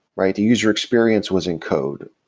right? the user experience was in code.